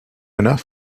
enough